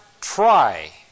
try